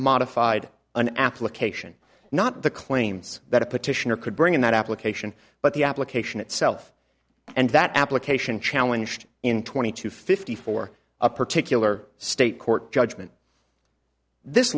modified an application not the claims that a petitioner could bring in that application but the application itself and that application challenged in twenty to fifty for a particular state court judgment this